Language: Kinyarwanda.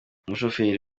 umushoferi